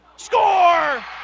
Score